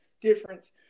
difference